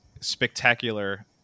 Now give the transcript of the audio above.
spectacular